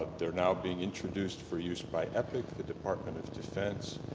they're now being introduced for use by ethics, the department of defense,